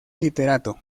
literato